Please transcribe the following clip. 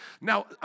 now